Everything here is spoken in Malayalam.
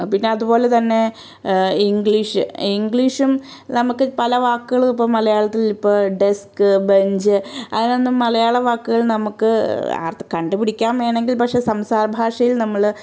പിന്നതു പോലെ തന്നെ ഇംഗ്ലീഷ് ഇംഗ്ലീഷും നമുക്ക് പല വാക്കുകൾ ഇപ്പം മലയാളത്തിൽ ഇപ്പം ഡെസ്ക് ബെഞ്ച് അതിനൊന്നും മലയാളവാക്കുകൾ നമുക്ക് അർത്ഥം കണ്ട് പിടിക്കാൻ വേണമെങ്കിൽ പക്ഷേ സംസാരഭാഷയിൽ നമ്മൾ